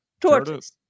tortoise